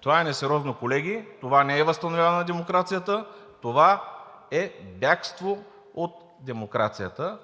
Това е несериозно, колеги. Това не е възстановяване на демокрацията. Това е бягство от демокрацията.